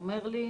אומר לי,